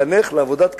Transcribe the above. לחנך לעבודת כפיים,